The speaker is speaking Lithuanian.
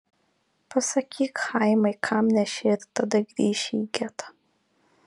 pasakyk chaimai kam nešei ir tada grįši į getą